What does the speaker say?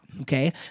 okay